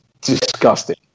disgusting